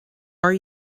are